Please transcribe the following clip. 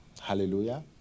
Hallelujah